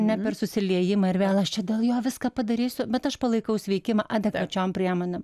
ne per susiliejimą ir vėl aš čia dėl jo viską padarysiu bet aš palaikau sveikimą adekvačiom priemonėm